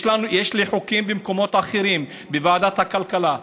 יש לי חוקים במקומות אחרים, בוועדת הכלכלה.